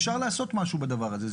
אפשר לעשות משהו בדבר הזה.